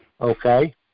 okay